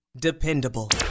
Dependable